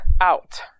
out